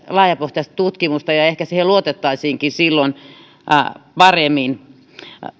laajapohjaista tutkimusta ja ehkä siihen luotettaisiinkin silloin paremmin